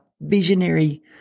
visionary